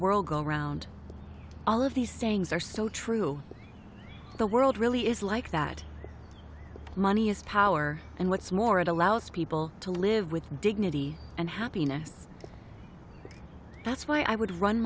world go round all of these sayings are so true the world really is like that money is power and what's more it allows people to live with dignity and happiness that's why i would run